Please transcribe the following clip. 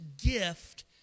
gift